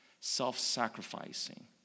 self-sacrificing